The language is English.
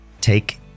take